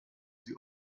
sie